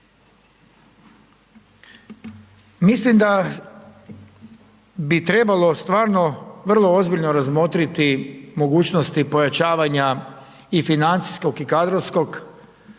Mislim da bi trebalo stvarno vrlo ozbiljno razmotriti mogućnosti pojačavanja i financijskog i kadrovskog, državne